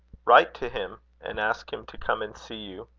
write to him, and ask him to come and see you.